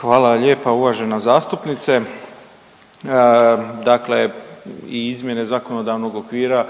Hvala lijepa uvažena zastupnice, dakle i izmjene zakonodavnog okvira